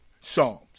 Psalms